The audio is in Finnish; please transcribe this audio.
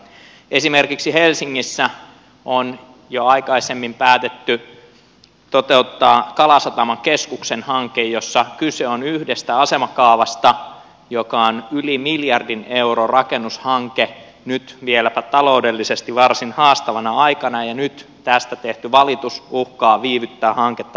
esimerkiksi helsingissä on jo aikaisemmin päätetty toteuttaa kalasataman keskuksen hanke jossa kyse on yhdestä asemakaavasta joka on yli miljardin euron rakennushanke vieläpä taloudellisesti varsin haastavana aikana ja nyt tästä tehty valitus uhkaa viivyttää hanketta varsin pitkään